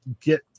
get